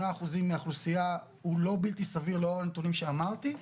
8% מהאוכלוסייה הוא לא בלתי סביר לאור הנתונים שאמרתי.